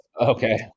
Okay